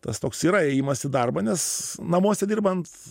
tas toks yra ėjimas į darbą nes namuose dirbant